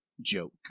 joke